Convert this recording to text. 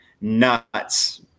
Nuts